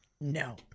No